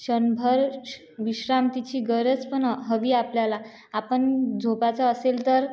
क्षणभर श विश्रांतीची गरज पण हवी आपल्याला आपण झोपायचं असेल तर